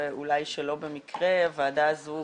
ואולי שלא במקרה הוועדה הזו,